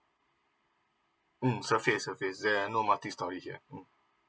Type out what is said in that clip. mozart fix up is there no multistorey here